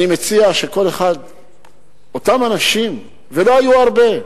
אני מציע שאותם אנשים, ולא היו הרבה,